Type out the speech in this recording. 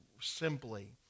simply